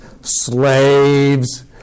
slaves